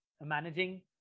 managing